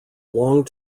long